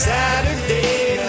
Saturday